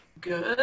good